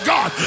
God